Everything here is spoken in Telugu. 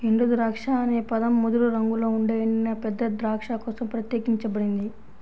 ఎండుద్రాక్ష అనే పదం ముదురు రంగులో ఉండే ఎండిన పెద్ద ద్రాక్ష కోసం ప్రత్యేకించబడింది